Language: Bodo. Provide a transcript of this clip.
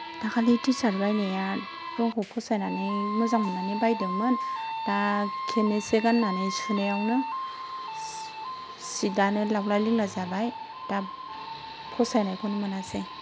दाखालि टिसार्ट बायनाया रंखौ फसायनानै मोजां मोननानै बायदोंमोन दा खेननैसो गाननानै सुनायावनो सिट आनो लावला लिवला जाबाय दा फसायनायखौनो मोनासै